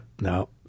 no